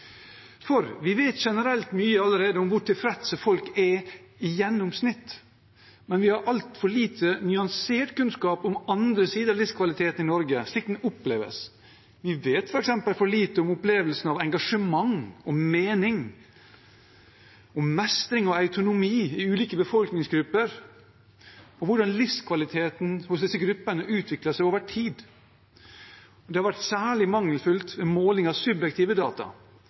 Vi vet generelt mye allerede om hvor tilfreds folk er i gjennomsnitt, men vi har altfor lite nyansert kunnskap om andre sider av livskvaliteten i Norge, slik den oppleves. Vi vet f.eks. for lite om opplevelsen av engasjement og mening, om mestring og autonomi i ulike befolkningsgrupper, og om hvordan livskvaliteten hos disse gruppene utvikler seg over tid. Det har vært særlig mangelfullt ved måling av subjektive data,